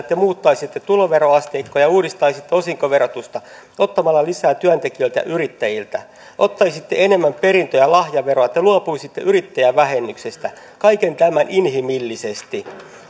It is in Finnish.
te muuttaisitte tuloveroasteikkoja uudistaisitte osinkoverotusta ottamalla lisää työntekijöiltä ja yrittäjiltä ottaisitte enemmän perintö ja lahjaveroa te luopuisitte yrittäjävähennyksestä kaiken tämän tekisitte inhimillisesti